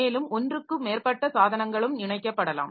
மேலும் ஒன்றுக்கு மேற்பட்ட சாதனங்களும் இணைக்கப்படலாம்